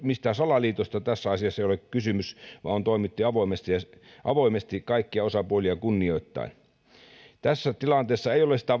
mistään salaliitosta tässä asiassa ole kysymys vaan on toimittu avoimesti kaikkia osapuolia kunnioittaen tässä tilanteessa ei ole sitä